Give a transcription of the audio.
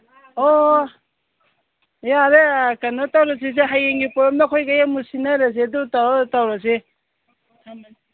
ꯑꯣ ꯌꯥꯔꯦ ꯀꯩꯅꯣ ꯇꯧꯔꯁꯤꯁꯦ ꯍꯌꯦꯡꯒꯤ ꯄꯣꯔꯝꯗꯣ ꯑꯩꯈꯣꯏꯒꯩ ꯑꯃꯨꯛ ꯁꯤꯟꯅꯔꯁꯤ ꯑꯗꯨ ꯇꯧꯔ ꯇꯧꯔꯁꯤ